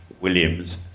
Williams